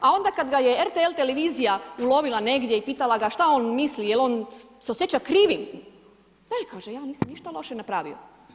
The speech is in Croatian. A onda kada ga je RTL televizija ulovila negdje i pitala ga šta on misli, jel on, se osjeća krivim, ne, kaže, ja nisam ništa loše napravio.